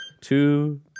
Two